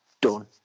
done